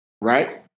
right